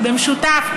במשותף,